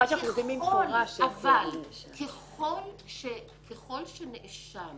אבל ככל שהנאשם